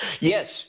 Yes